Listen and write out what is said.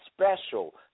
special